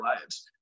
lives